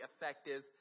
effective